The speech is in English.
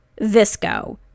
Visco